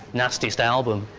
nastiest album,